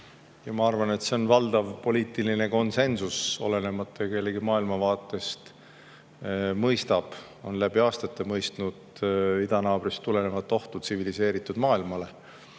ja ma arvan, et see on valdav poliitiline konsensus, olenemata kellegi maailmavaatest – mõistab, on läbi aastate mõistnud idanaabrist tulenevat ohtu tsiviliseeritud maailmale